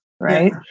right